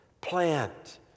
plant